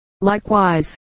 likewise